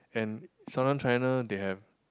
and Southern China they have